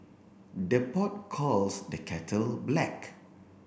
the pot calls the kettle black